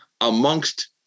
amongst